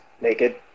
naked